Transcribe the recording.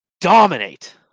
dominate